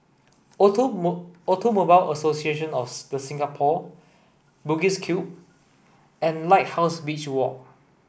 Automobile Association of The Singapore Bugis Cube and Lighthouse Beach Walk